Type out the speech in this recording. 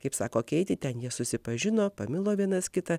kaip sako keiti ten jie susipažino pamilo vienas kitą